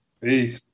Peace